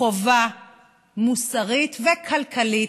חובה מוסרית וכלכלית,